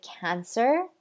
cancer